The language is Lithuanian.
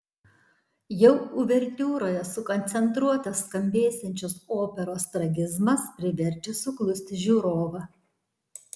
jau uvertiūroje sukoncentruotas skambėsiančios operos tragizmas priverčia suklusti žiūrovą